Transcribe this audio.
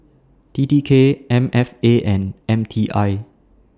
T T K M F A and M T I